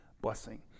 blessing